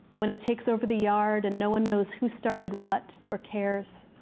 when it takes over the yard, and no one knows who started what or cares.